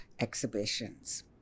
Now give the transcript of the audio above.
exhibitions